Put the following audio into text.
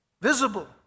visible